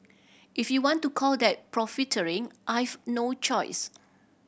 if you want to call that profiteering I've no choice